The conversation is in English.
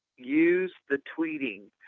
use the tweeting,